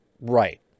Right